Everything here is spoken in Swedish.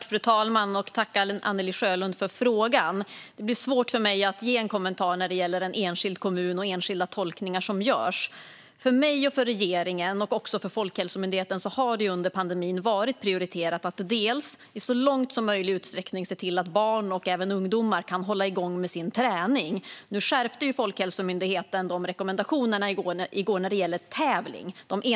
Fru talman! Jag tackar Anne-Li Sjölund för frågan. Det blir svårt för mig att ge en kommentar när det gäller en enskild kommun och enskilda tolkningar som görs. För mig och för regeringen och även för Folkhälsomyndigheten har det under pandemin varit prioriterat att barn och ungdomar i så stor utsträckning som möjligt ska kunna hålla igång sin träning. I går skärpte Folkhälsomyndigheterna rekommendationerna vad gäller tävling.